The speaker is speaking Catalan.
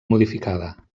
modificada